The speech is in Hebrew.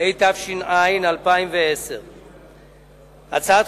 התש"ע 2010.